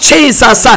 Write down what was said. Jesus